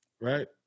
Right